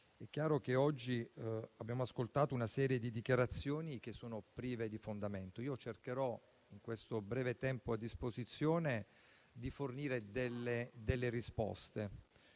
economico. Oggi abbiamo ascoltato una serie di dichiarazioni che sono prive di fondamento e io cercherò, nel breve tempo a disposizione, di fornire delle risposte